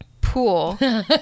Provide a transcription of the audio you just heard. pool